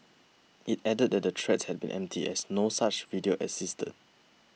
it added that the the threats had been empty as no such video existed